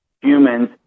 humans